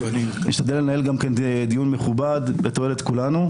ונשתדל לנהל דיון מכובד לתועלת לכולנו.